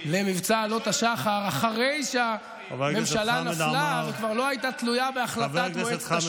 עלות השחר אחרי שהממשלה נפלה וכבר לא הייתה תלויה בהחלטת מועצת השורא.